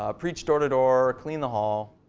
ah preach door-to-door, clean the hall.